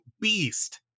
beast